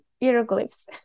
hieroglyphs